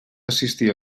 assistir